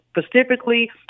specifically